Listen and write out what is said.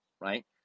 right